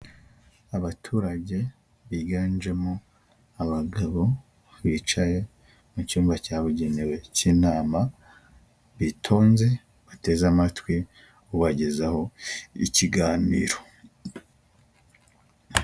Abaturage biganjemo abagabo, bicaye mu cyumba cyabugenewe cy'inama, bitonze, bateze amatwi ubagezaho ikiganiro.